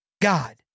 God